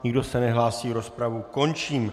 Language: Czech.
Nikdo se nehlásí, rozpravu končím.